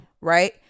Right